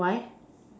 why